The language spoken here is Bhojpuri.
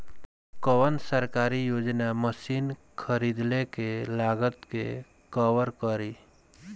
कौन सरकारी योजना मशीन खरीदले के लागत के कवर करीं?